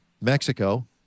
Mexico